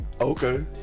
Okay